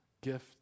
gift